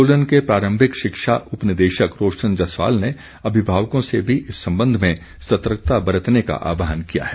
सोलन के प्रारंभिक शिक्षा उपनिदेशक रोशन जसवाल ने अभिभावकों से भी इस संबंध में सतर्कता बरतने का आहवान किया है